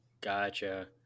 gotcha